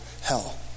hell